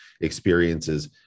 experiences